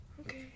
Okay